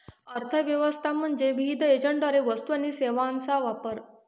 अर्थ व्यवस्था म्हणजे विविध एजंटद्वारे वस्तू आणि सेवांचा वापर